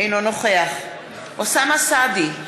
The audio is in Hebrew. אינו נוכח אוסאמה סעדי,